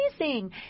amazing